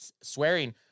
swearing